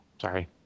sorry